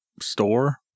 store